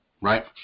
Right